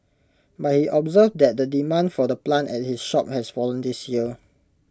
but he observed that the demand for the plant at his shop has fallen this year